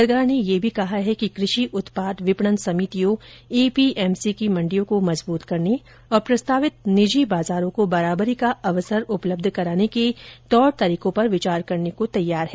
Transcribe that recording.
सरकार ने यह भी कहा है कि कृषि उत्पाद विपणन समितियों एपीएमसी की मंडियों को मजबूत करने और प्रस्तावित निजी बाजारों को बराबरी का अवसर उपलब्ध कराने के तौर तरीकों पर विचार करने को तैयार है